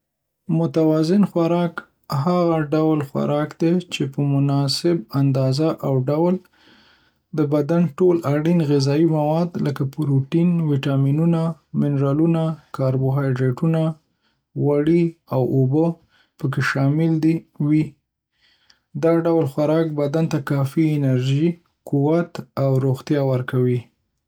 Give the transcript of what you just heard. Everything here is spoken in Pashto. متوازن خوراک هغه ډول خوراک دی چې په مناسب اندازه او ډول د بدن ټول اړین غذایي مواد (لکه پروټین، وټامنونه، منرالونه، کاربوهایدرېټونه، غوړي، او اوبه) په کې شامل وي. دا ډول خوراک بدن ته کافي انرژي، قوت، او روغتیا ورکوي.